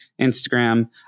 instagram